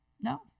No